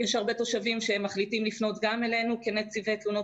יש הרבה תושבים שמחליטים לפנות גם אלינו כנציבי תלונות